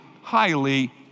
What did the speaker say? highly